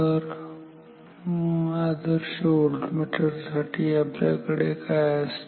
तर आदर्श व्होल्टमीटर साठी आपल्याकडे काय असते